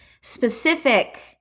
Specific